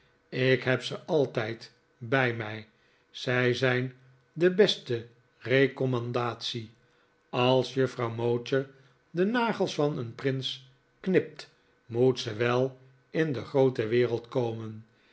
ik heb ze altijd bij mij zij zijn de beste recommandatie als juffrouw mowcher de nagels van een prins knipt moet ze wel in de groote wereld komen